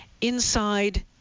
inside